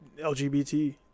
LGBT